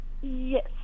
Yes